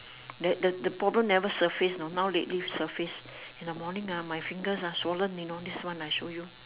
then the the problem never surface know now lately surface in the morning ah my fingers ah swollen you know this one I show you